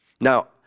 now